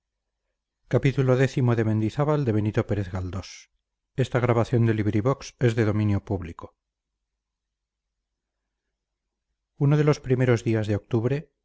uno de los primeros días de octubre